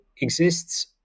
exists